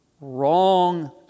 wrong